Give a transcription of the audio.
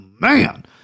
man